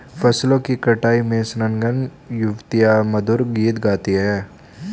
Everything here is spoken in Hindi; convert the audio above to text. फसलों की कटाई में संलग्न युवतियाँ मधुर गीत गाती हैं